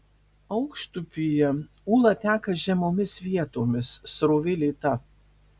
aukštupyje ūla teka žemomis vietomis srovė lėta